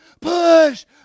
push